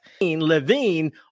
Levine